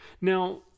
Now